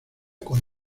con